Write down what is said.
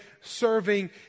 serving